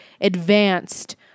advanced